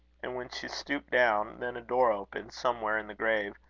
and when she stooped down, then a door opened somewhere in the grave,